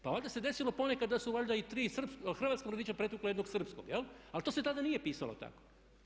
Pa valjda se desilo ponekad da su valjda i tri hrvatska mladića pretukla jednog srpskog jel' ali to se tada nije pisalo tako.